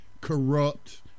corrupt